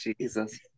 Jesus